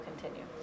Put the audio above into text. continue